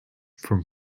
from